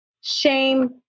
Shame